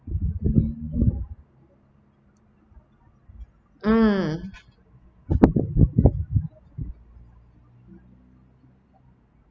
mm